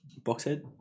Boxhead